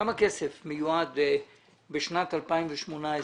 כמה כסף מיועד בשנת 2018,